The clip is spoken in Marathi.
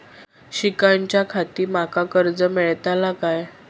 शिकाच्याखाती माका कर्ज मेलतळा काय?